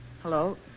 Hello